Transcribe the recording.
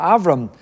Avram